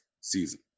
season